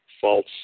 false